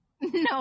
No